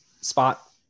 spot